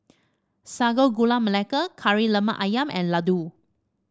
Sago Gula Melaka Kari Lemak ayam and laddu